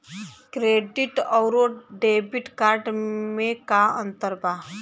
Credit अउरो debit card मे का अन्तर बा?